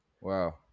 Wow